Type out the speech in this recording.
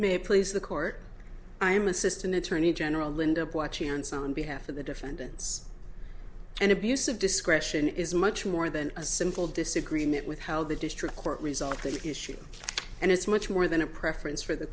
it please the court i am assistant attorney general linda watching hands on behalf of the defendants and abuse of discretion is much more than a simple disagreement with how the district court resolve the issue and it's much more than a preference for the